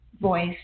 voice